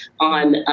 on